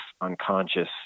unconscious